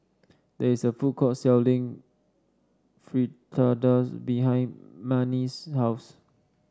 there is a food court selling Fritada behind Manie's house